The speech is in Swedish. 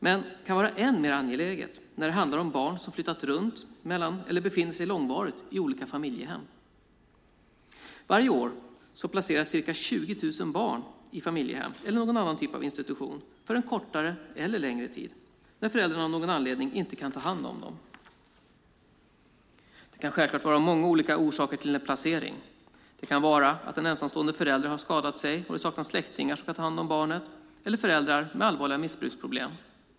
Men den kan vara än mer angelägen när det handlar om barn som har flyttat runt mellan eller befinner sig långvarigt i olika familjehem. Varje år placeras ca 20 000 barn i familjehem eller någon annan typ av institution för en kortare eller längre tid när föräldrarna av någon anledning inte kan ta hand om dem. Det kan självfallet finnas många olika orsaker till en placering. Det kan vara så att en ensamstående förälder har skadat sig och det saknas släktingar som kan ta hand om barnet, eller det kan handla om föräldrar med allvarliga missbruksproblem.